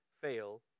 fail